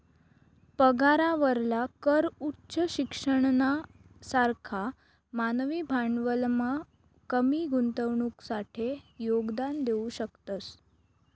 पगारावरला कर उच्च शिक्षणना सारखा मानवी भांडवलमा कमी गुंतवणुकसाठे योगदान देऊ शकतस